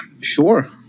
Sure